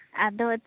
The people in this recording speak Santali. ᱟᱫᱚ